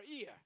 ear